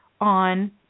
on